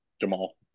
Jamal